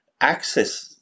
access